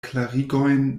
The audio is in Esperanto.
klarigojn